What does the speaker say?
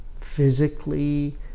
physically